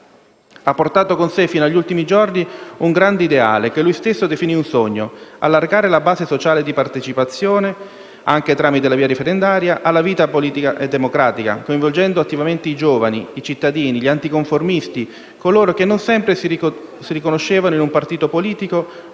Ha portato con sé, fino agli ultimi giorni, un grande ideale, che lui stesso definì un sogno: allargare la base sociale di partecipazione, anche tramite la via referendaria, alla vita politica e democratica, coinvolgendo attivamente i giovani, i cittadini, gli anticonformisti, coloro che non sempre si riconoscevano in un partito politico